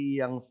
yang